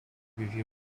review